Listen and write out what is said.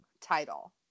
title